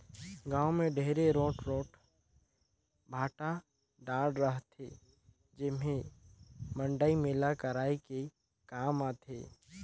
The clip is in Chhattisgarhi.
गाँव मे ढेरे रोट रोट भाठा डाँड़ रहथे जेम्हे मड़ई मेला कराये के काम आथे